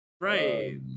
right